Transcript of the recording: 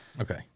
Okay